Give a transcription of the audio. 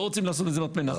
לא רוצים לעשות את זה מטמנה.